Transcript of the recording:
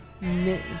Miss